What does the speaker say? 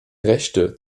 rechte